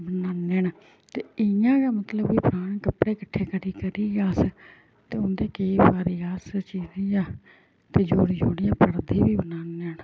बनान्ने न ते इ'यां गै मतलब कि पारने कपड़े किट्ठे करी करियै अस ते उं'दे केईं बारी अस चिरियै ते जोड़ी जोड़ियै परदे बी बनान्ने